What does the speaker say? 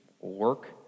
work